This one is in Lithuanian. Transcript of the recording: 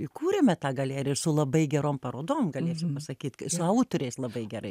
įkūrėme tą galeriją ir su labai gerom parodom galėčiau pasakyt su autoriais labai gerais